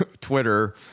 Twitter